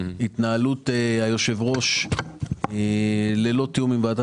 התנהלות היושב-ראש ללא תיאום עם ועדת